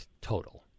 total